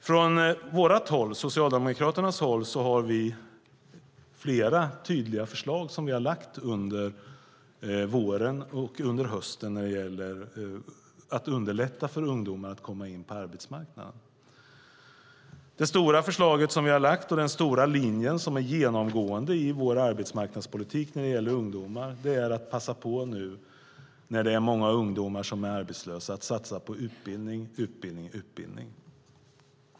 Från Socialdemokraternas håll har vi flera tydliga förslag som vi har lagt fram under våren och hösten för att underlätta för ungdomar att komma in på arbetsmarknaden. Det stora förslaget vi har lagt fram och den stora linjen som är genomgående i vår arbetsmarknadspolitik när det gäller ungdomar är att passa på nu när många ungdomar är arbetslösa att satsa på utbildning och åter utbildning.